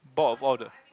bored of all the